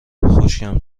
خشکم